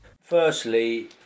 Firstly